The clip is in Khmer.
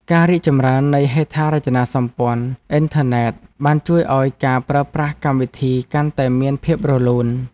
ការរីកចម្រើននៃហេដ្ឋារចនាសម្ព័ន្ធអ៊ិនធឺណិតបានជួយឱ្យការប្រើប្រាស់កម្មវិធីកាន់តែមានភាពរលូន។